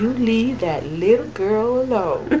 leave that little girl alone.